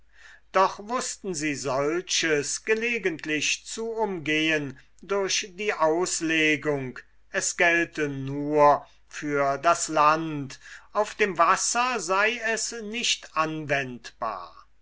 doch wußten sie solches gelegentlich zu umgehen durch die auslegung es gelte nur für das land auf dem wasser sei es nicht anwendbar